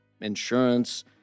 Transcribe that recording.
insurance